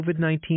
COVID-19